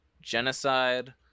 genocide